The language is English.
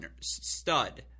stud